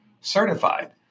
certified